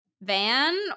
van